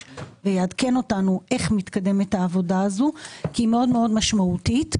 ויעדכן אותנו איך מתקדמת העובדה הזאת כי היא מאוד מאוד משמעותית.